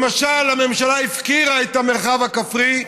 למשל, הממשלה הפקירה את המרחב הכפרי.